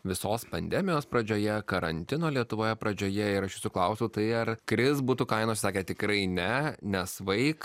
visos pandemijos pradžioje karantino lietuvoje pradžioje ir aš jūsų klausiau tai ar kris butų kainos sakėt tikrai ne nesvaik